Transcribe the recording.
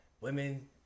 women